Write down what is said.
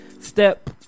Step